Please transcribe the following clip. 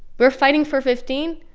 we're fighting for fifteen?